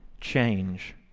change